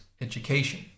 education